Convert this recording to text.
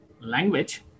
language